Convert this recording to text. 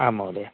आम् महोदय